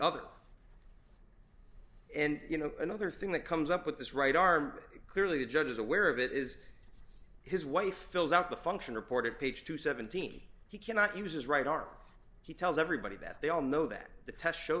other and you know another thing that comes up with this right arm clearly the judge is aware of it is his wife fills out the function report of page two hundred and seventeen he cannot use right our he tells everybody that they all know that the tests show